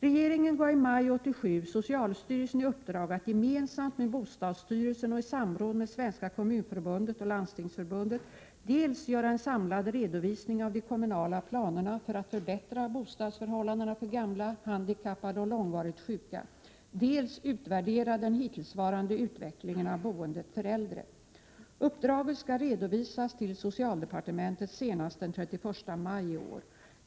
Regeringen gav i maj 1987 socialstyrelsen i uppdrag att gemensamt med bostadsstyrelsen och i samråd med Svenska kommunförbundet och Landstingsförbundet dels göra en samlad redovisning av de kommunala planerna för att förbättra bostadsförhållandena för gamla, handikappade och långvarigt sjuka, dels utvärdera den hittillsvarande utvecklingen av boendet för äldre. Uppdraget skall redovisas till socialdepartementet senast den 31 maj i år.